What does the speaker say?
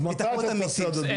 אז מתי אתה רוצה הדדיות?